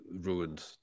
ruined